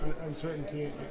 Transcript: uncertainty